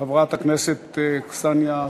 חברת הכנסת קסניה סבטלובה.